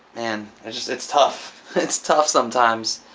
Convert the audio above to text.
and and just, it's tough. it's tough sometimes